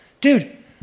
dude